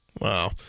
wow